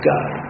God